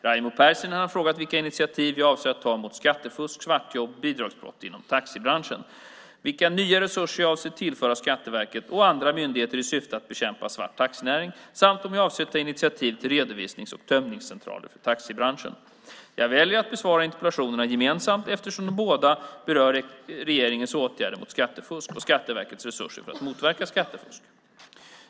Raimo Pärssinen har frågat vilka initiativ jag avser att ta mot skattefusk, svartjobb och bidragsbrott inom taxibranschen, vilka nya resurser jag avser att tillföra Skatteverket och andra myndigheter i syfte att bekämpa svart taxinäring samt om jag avser att ta initiativ till redovisnings och tömningscentraler för taxibranschen. Jag väljer att besvara interpellationerna gemensamt eftersom de båda berör regeringens åtgärder mot skattefusk och Skatteverkets resurser för att motverka fusket.